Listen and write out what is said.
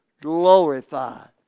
glorified